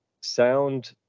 sound